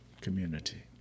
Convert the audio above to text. community